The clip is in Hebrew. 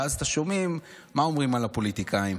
ואז אתם שומעים מה אומרים על הפוליטיקאים,